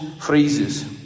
phrases